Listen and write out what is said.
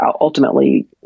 ultimately